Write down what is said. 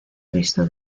visto